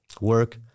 work